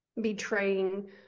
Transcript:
betraying